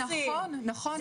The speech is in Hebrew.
נכון, נכון.